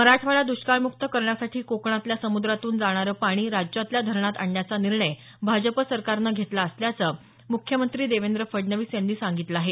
मराठवाडा दुष्काळमुक्त करण्यासाठी कोकणातल्या समुद्रातून जाणारं पाणी राज्यातल्या धरणात आणण्याचा निर्णय भाजप सरकारनं घेतला असल्याचं मुख्यमंत्री देवेंद्र फडणवीस यांनी सांगितलं आहे